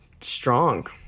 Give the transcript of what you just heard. strong